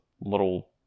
little